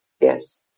Yes